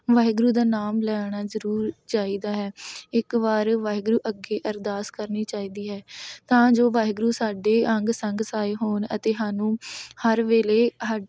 ਵਾਹਿਗੁਰੂ ਦਾ ਨਾਮ ਲੈਣਾ ਜ਼ਰੂਰ ਚਾਹੀਦਾ ਹੈ ਇੱਕ ਵਾਰ ਵਾਹਿਗੁਰੂ ਅੱਗੇ ਅਰਦਾਸ ਕਰਨੀ ਚਾਹੀਦੀ ਹੈ ਤਾਂ ਜੋ ਵਾਹਿਗੁਰੂ ਸਾਡੇ ਅੰਗ ਸੰਗ ਸਹਾਏ ਹੋਣ ਅਤੇ ਸਾਨੂੰ ਹਰ ਵੇਲੇ ਹ